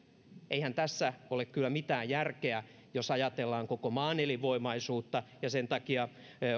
eihän tässä ole kyllä mitään järkeä jos ajatellaan koko maan elinvoimaisuutta ja sen takia